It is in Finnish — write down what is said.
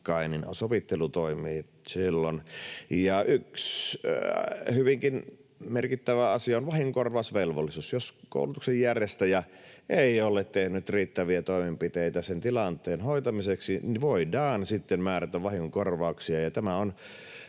sovittelu toimii. Ja yksi hyvinkin merkittävä asia on vahingonkorvausvelvollisuus. Jos koulutuksen järjestäjä ei ole tehnyt riittäviä toimenpiteitä sen tilanteen hoitamiseksi, niin voidaan sitten määrätä vahingonkorvauksia.